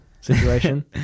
situation